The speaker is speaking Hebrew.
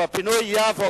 אבל פינוי יפו?